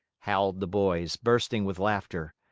howled the boys, bursting with laughter.